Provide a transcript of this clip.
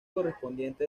correspondiente